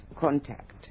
contact